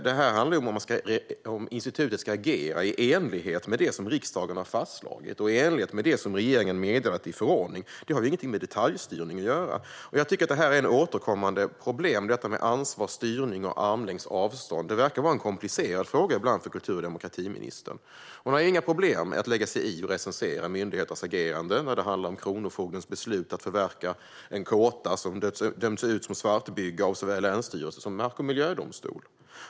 Det handlar om institutet ska agera i enlighet med det som riksdagen har fastslagit och om det som regeringen har meddelat i förordning. Detta har inget med detaljstyrning att göra. Jag tycker att ansvar, styrning och armlängds avstånd är ett återkommande problem som ibland är en komplicerad fråga för kultur och demokratiministern. Hon har inga problem med att lägga sig i och recensera myndigheters agerande när det handlar om Kronofogdens beslut att förverka en kåta som dömts ut som svartbygge av såväl länsstyrelse som mark och miljödomstol.